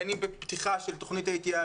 בין אם בפתיחה של תוכנית ההתייעלות